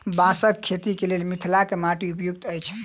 बाँसक खेतीक लेल मिथिलाक माटि उपयुक्त अछि